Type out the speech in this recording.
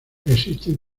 existen